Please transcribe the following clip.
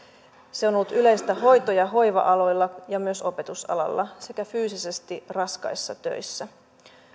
vuorotteluvapaa on ollut yleistä hoito ja hoiva aloilla ja myös opetusalalla sekä fyysisesti raskaissa töissä